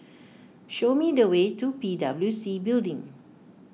show me the way to P W C Building